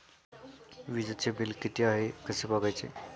वीजचे बिल किती आहे कसे बघायचे?